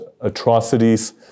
atrocities